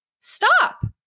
stop